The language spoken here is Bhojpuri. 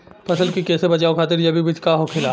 फसल के कियेसे बचाव खातिन जैविक विधि का होखेला?